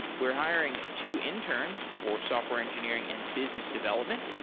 we're hiring two interns for software engineering and business development.